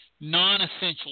non-essential